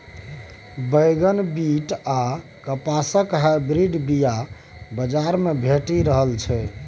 बैगन, बीट आ कपासक हाइब्रिड बीया बजार मे भेटि रहल छै